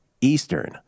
Eastern